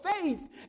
faith